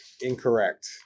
Incorrect